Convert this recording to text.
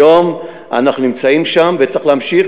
היום אנחנו נמצאים שם וצריך להמשיך,